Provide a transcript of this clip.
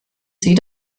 sie